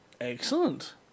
Excellent